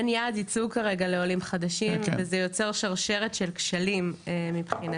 אין יעד ייצוג כרגע לעולים חדשים וזה יוצר שרשרת של כשלים מבחינתנו,